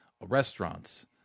Restaurants